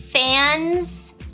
Fans